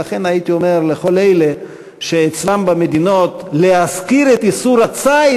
ולכן הייתי אומר לכל אלה שאצלם במדינות להזכיר את איסור הציד,